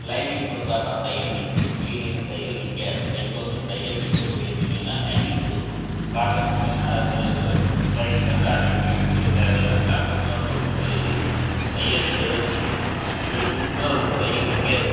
lining கொடுத்தா தான் தையல் நிற்கும் இல்லேன்னா தையல் நிற்காது எப்போவுமே தையல் நிற்கக்கூடிய துணினால் லைனிங் கொடுக்கணும் காட்டன் துணினால் அது சு லைனிங் வந்து ஆட்டோமேட்டிக்காக கொடுக்க தேவைல்ல காட்டனில் வந்து உங்களுக்கு தையல் நிற்க தான் செய்யும் இதில் சில்க்கில் வந்து தையல் நிற்காது